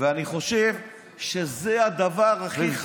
ואני חושב שזה הדבר הכי חמור,